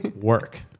work